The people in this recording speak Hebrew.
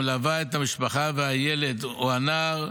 המלווה את המשפחה והילד או הנער,